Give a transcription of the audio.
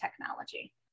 technology